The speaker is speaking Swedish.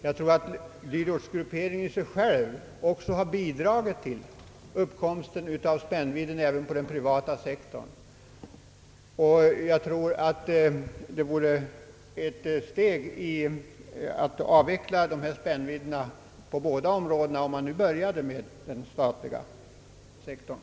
Jag tror att dyrortsgrupperingen i och för sig har bidragit till uppkomsten av spännvidden även på den privata sektorn. Det vore ett steg mot avveckling av dessa spännvidder på båda områdena, om man nu började med den statliga sektorn.